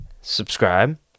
Subscribe